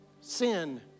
sin